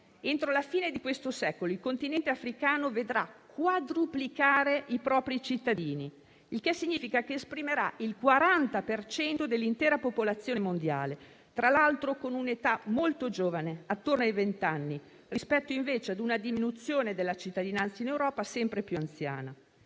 Entro la fine di questo secolo, il continente africano vedrà quadruplicare i propri cittadini, il che significa che esprimerà il 40 per cento dell'intera popolazione mondiale, tra l'altro con un'età media molto giovane, attorno ai vent'anni, rispetto invece a una diminuzione della popolazione in Europa, sempre più anziana.